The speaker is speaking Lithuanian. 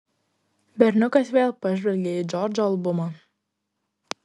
berniukas vėl pažvelgė į džordžo albumą